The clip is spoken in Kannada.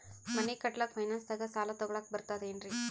ಮನಿ ಕಟ್ಲಕ್ಕ ಫೈನಾನ್ಸ್ ದಾಗ ಸಾಲ ತೊಗೊಲಕ ಬರ್ತದೇನ್ರಿ?